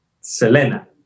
Selena